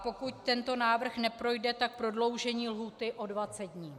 Pokud tento návrh neprojde, tak prodloužení lhůty o 20 dní.